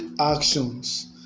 actions